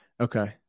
Okay